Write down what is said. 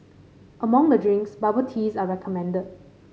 among the drinks bubble teas are recommended